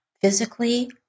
physically